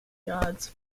guards